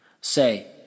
Say